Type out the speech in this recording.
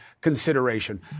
consideration